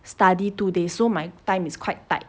study two days so my time is quite tight